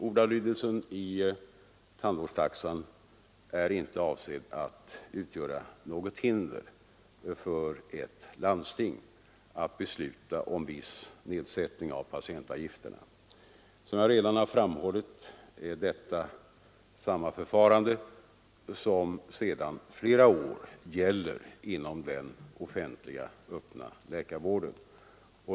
Ordalydelsen i tandvårdstaxan är inte avsedd att utgöra något hinder för ett landsting att besluta om viss nedsättning av patientavgifterna. Som jag redan framhållit är detta samma förfarande som sedan flera år gäller inom den offentliga öppna läkarvården.